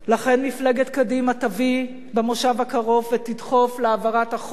לכן מפלגת קדימה תביא במושב הקרוב ותדחף להעברת החוק